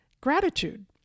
gratitude